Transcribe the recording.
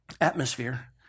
atmosphere